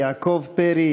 יעקב פרי,